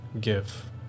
give